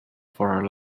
for